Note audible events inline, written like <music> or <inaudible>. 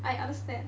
I understand <laughs>